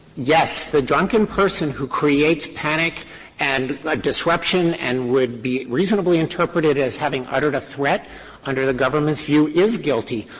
yes. the drunken person who creates panic and like disruption and would be reasonably interpreted as having uttered a threat under the government's view is guilty.